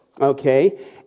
Okay